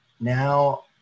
now